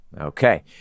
Okay